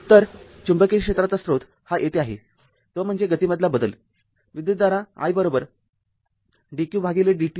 तर चुंबकीय क्षेत्राचा स्त्रोत हा येथे आहे तो म्हणजे गतीमधला बदल विद्युतधारा is i dq भागिले dt आहे